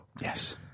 Yes